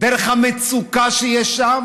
דרך המצוקה שיש שם,